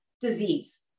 disease